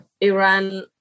Iran